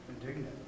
indignant